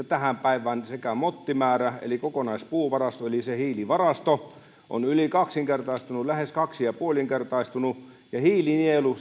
tähän päivään niin mottimäärä eli kokonaispuuvarasto eli hiilivarasto on yli kaksinkertaistunut lähes kaksi pilkku viisi kertaistunut ja hiilinielu